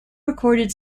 recorded